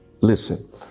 Listen